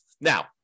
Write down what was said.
Now